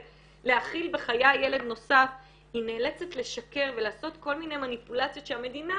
להכיל בחיי ילד נוסף היא נאלצת לשקר ולעשות כל מיני מניפולציות שהמדינה